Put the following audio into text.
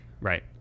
Right